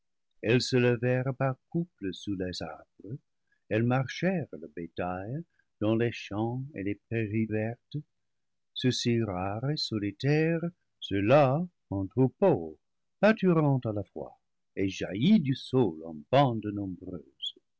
se levèrent par couple sous les arbres elles marchèrent le bétail dans les champs et les prairies vertes ceux-ci rares et solitaires ceux là en troupeaux pâturant à la fois et jaillis du sol en bandes nombreuses